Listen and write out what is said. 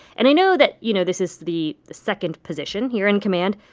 and i know that, you know, this is the the second position here in command.